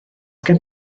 gen